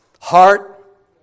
heart